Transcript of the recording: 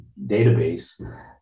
database